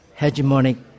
hegemonic